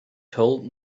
told